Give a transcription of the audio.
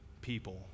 people